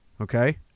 okay